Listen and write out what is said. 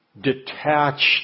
detached